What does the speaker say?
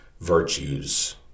virtues